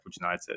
United